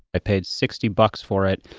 i paid sixty bucks for it,